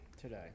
today